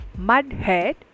Mudhead